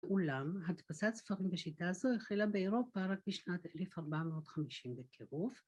אולם, הדפסת ספרים בשיטה הזו החלה באירופה רק בשנת 1450 בקרוב